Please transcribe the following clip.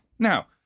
Now